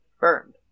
burned